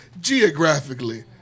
geographically